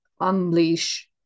unleash